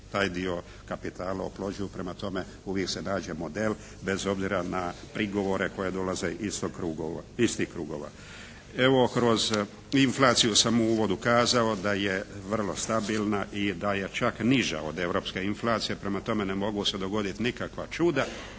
taj dio kapitala oplođuju. Prema tome uvijek se nađe model bez obzira na prigovore koji dolaze iz tih krugova. Evo kroz inflaciju sam u uvodu kazao da je vrlo stabilna i da je čak niža od europske inflacije, prema tome ne može se dogoditi nikakva čuda